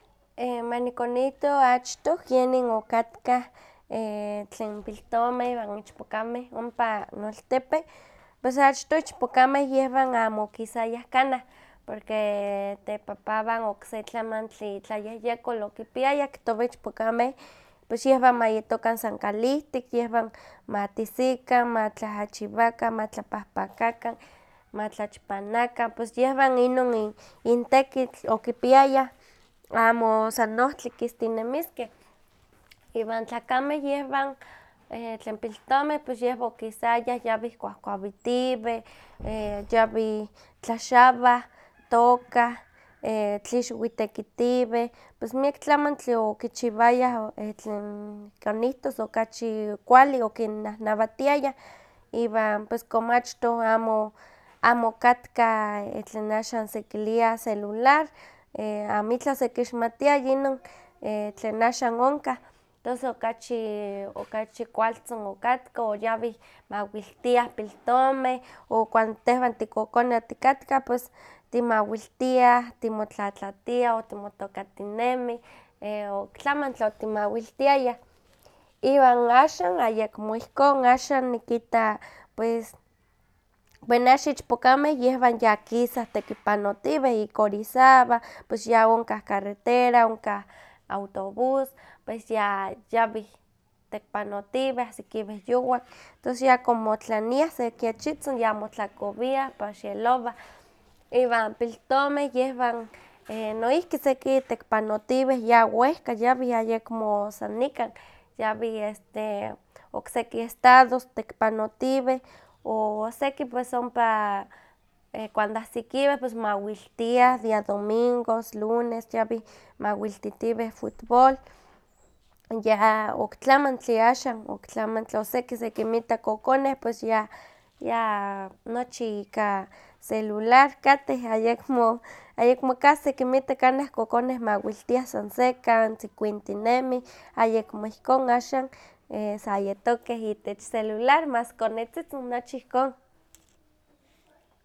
manikonihto achtoh kenin okatkah tlen piltomeh iwan ichpokameh ompa noaltepe, pues achtoh ichpokameh yehwan amo okisayah kanah, porque tepapawan okse tlamantli itlayehyekol okipiayah, kihtowa ichpokameh pues yehwan ma yetokan san kalihtik, yehwan ma tisikan, ma tlahachiwakan, ma tlapahpakakan, ma tlachpanakan, pues yehwan inon i- intekitl okipiayah, amo san ohtli kistinemiskeh, iwan tlakameh yehwan tlen piltomeh pues yehwan pkisayah, yawih kuahkuawitiweh, yawih tlaxawah, tooka, tlixwitekitiwih, pues miak tlamantli okichiwayah tlen nikonihtos okachi kualli okinnahnawatiayah, iwan ps como achtoh amo amo okatka tlen axan sekilia celular amitlah osekixmatiaya inon tlen axan onkah tos okachi kualtzin okatka o yawih mawiltiah piltomeh o cuanto tehwan tikokoneh otikatka timawiltiah, timotlatlatiah, otimotokatinemih, o oktlamantli otimawiltiayah, iwan axan ayekmo ihkon axan nikita pues, bueno axan ichpokameh yehwan ya kisa tekipanotiweh ik orizaba, pues ya onkah carretera, ya onkah autobus, pues ya yawih tekipanotiweh, sekimeh yuwih, tos yakimotlaniah se kechitzin yamotlakowiah, paxialowah, iwan piltomeh yehwan noihki seki tekipanotiwih, ya wehka yawih ayekmo san nikan, yawih este okseki estados tekipanotiwih, o seki pues ompa cuando ahsikiweh pues mawiltiah dia domingos, lunes, yawih mawiltitiwih futbol, ya oktlamantli axan, oktlamantli, o seki sekinmita kokoneh pues ya ya nochi ika celular kateh ayakmo casi sekinmita kokoneh mawiltiah san sekan, tzikuintinemih, ayekmo ihkon axan sayetokeh itech celular mas konetzitzin nochi ihkon.